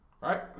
right